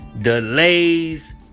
delays